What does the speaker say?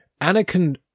Anakin